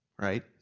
right